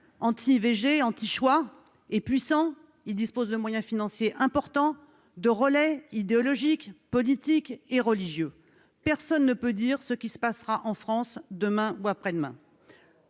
anti-IVG, anti-choix, est puissant, il dispose de moyens financiers importants, de relais idéologiques, politiques et religieux. Personne ne peut dire ce qui se passera en France demain ou après-demain.